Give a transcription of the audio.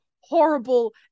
horrible